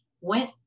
went